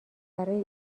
برای